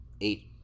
eight